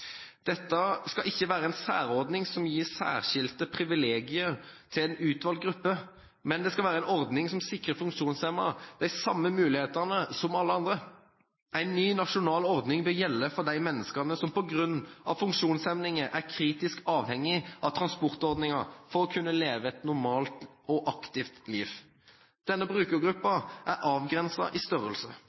Dette skal ikke være en særordning som gir særskilte privilegier til en utvalgt gruppe, men det skal være en ordning som sikrer funksjonshemmede de samme mulighetene som alle andre. En ny nasjonal ordning bør gjelde for de menneskene som på grunn av funksjonshemninger er kritisk avhengig av transportordninger for å kunne leve et normalt og aktivt liv. Denne brukergruppen er avgrenset i størrelse.